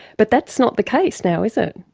but that's not the case now is it.